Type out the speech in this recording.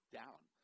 down